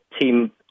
team